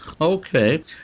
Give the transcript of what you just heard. Okay